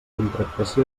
contractació